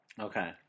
Okay